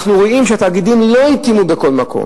אנחנו רואים שהתאגידים לא התאימו בכל מקום.